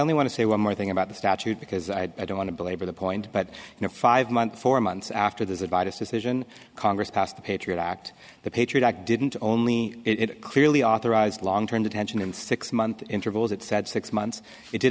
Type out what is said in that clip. only want to say one more thing about the statute because i don't want to belabor the point but you know five months four months after there's a virus decision congress passed the patriot act the patriot act didn't only it clearly authorized long term detention and six month intervals it said six months it did